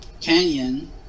Canyon